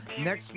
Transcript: Next